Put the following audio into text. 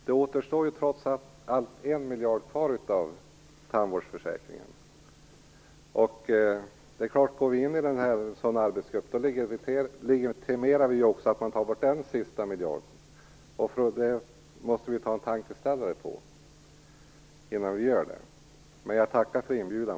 Herr talman! Det återstår trots allt 1 miljard av tandvårdsförsäkringen. Går vi in i en sådan arbetsgrupp legitimerar vi också att man tar bort den sista miljarden. Vi måste ta en tankeställare innan vi gör det. Men jag tackar för inbjudan.